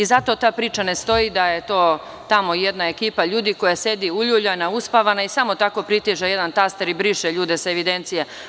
Zato ta priča ne stoji, da je to tamo jedna ekipa ljudi koja sedi uljuljana, uspavana i samo tako pritiska jedan taster i briše ljude sa evidencije.